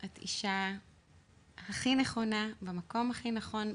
את אישה הכי נכונה במקום הכי נכון,